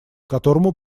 которому